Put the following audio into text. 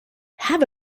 have